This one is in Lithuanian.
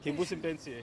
kai būsim pensijoj